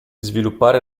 sviluppare